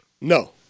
No